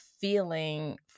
feeling